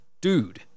dude